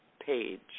page